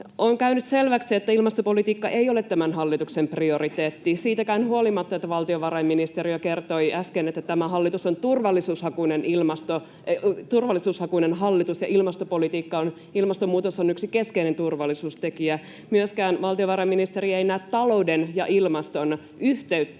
On käynyt selväksi, että ilmastopolitiikka ei ole tämän hallituksen prioriteetti siitäkään huolimatta, että valtiovarainministeri kertoi äsken, että tämä hallitus on turvallisuushakuinen hallitus, ja ilmastonmuutos on yksi keskeinen turvallisuustekijä. Myöskään valtiovarainministeri ei näe talouden ja ilmaston yhteyttä,